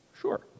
Sure